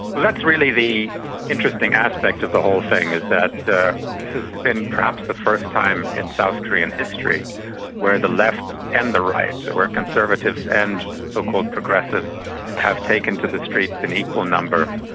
well, that's really the interesting aspect of the whole thing, is that that this has been perhaps the first time in south korean history where the left and the right, where conservatives and so-called progressives have taken to the streets in equal numbers,